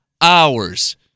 hours